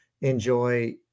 enjoy